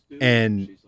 and-